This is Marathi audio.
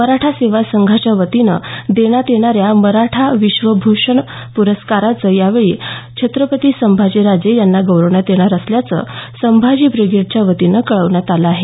मराठा सेवा संघाच्या वतीनं देण्यात येणाऱ्या मराठा विश्वभूषण प्रस्कारानं यावेळी छत्रपती संभाजीराजे यांना गौरवण्यात येणार असल्याचं संभाजी ब्रिगेडच्या वतीनं कळवण्यात आलं आहे